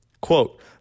Quote